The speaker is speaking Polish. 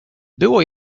było